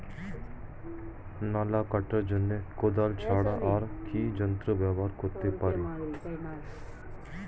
নালা কাটার জন্য কোদাল ছাড়া আর কি যন্ত্র ব্যবহার করতে পারি?